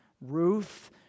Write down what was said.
Ruth